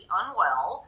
unwell